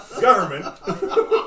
government